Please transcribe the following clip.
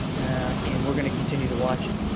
and we're going to continue to watch it.